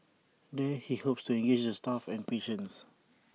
there he hopes to engage the staff and patients